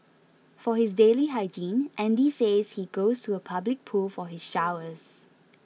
for his daily hygiene Andy says he goes to a public pool for his showers